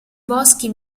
boschi